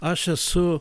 aš esu